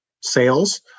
sales